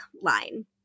line